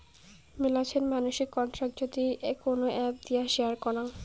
মেলাছেন মানসি কন্টাক্ট যদি কোন এপ্ দিয়ে শেয়ার করাং